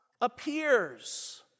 Appears